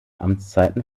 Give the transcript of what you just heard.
amtszeiten